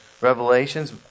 revelations